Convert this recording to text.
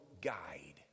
guide